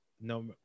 no